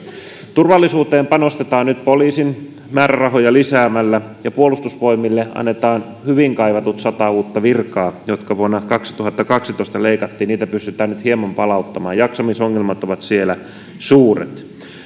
turvallisuuteen panostetaan nyt poliisiin määrärahoja lisäämällä ja puolustusvoimille annetaan hyvin kaivatut sata uutta virkaa jotka vuonna kaksituhattakaksitoista leikattiin niitä pystytään nyt hieman palauttamaan jaksamisongelmat ovat siellä suuret